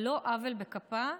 על לא עוול בכפה,